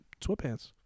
sweatpants